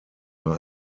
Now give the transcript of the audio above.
war